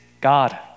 God